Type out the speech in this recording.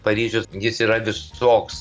paryžius jis yra visoks